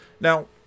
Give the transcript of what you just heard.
Now